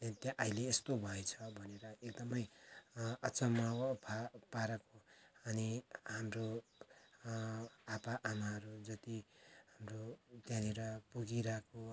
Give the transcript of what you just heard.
त्यहाँ अहिले यस्तो भएछ भनेर एकदमै अचम्म भए पाराको अनि हाम्रो आप्पा आमाहरू जति हाम्रो त्यहाँनिर पुगिरहेको